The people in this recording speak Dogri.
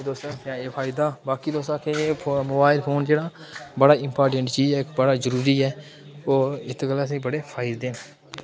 ते तुस एह् फायदा बाकी तुस आखगे कि मोबाइल फोन जेह्ड़ा बड़ा इंपार्टैंट चीज ऐ इक बड़ा जरूरी ऐ होर इत्त गल्ला असें ई बड़े फायदे न